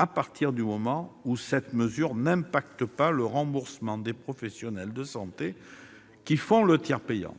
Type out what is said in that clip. dans la mesure où cela n'impacte pas le remboursement des professionnels de santé qui pratiquent le tiers payant.